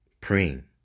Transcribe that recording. Praying